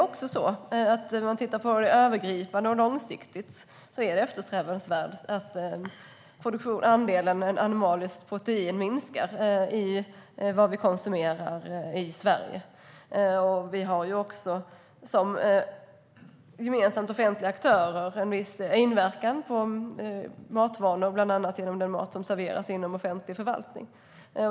Om man ser det övergripande och långsiktigt är det eftersträvansvärt att andelen animaliskt protein minskar i vad vi konsumerar i Sverige. Vi har också som offentliga aktörer en viss inverkan på matvanor, bland annat genom den mat som serveras inom offentlig förvaltning.